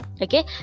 okay